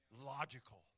Logical